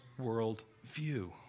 worldview